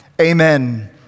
Amen